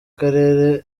karere